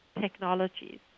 technologies